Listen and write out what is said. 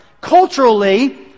Culturally